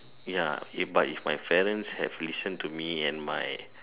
ya but if my parents had listened to me and my